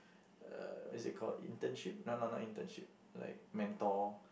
uh what's it called internship no no not internship like mentor